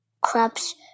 crabs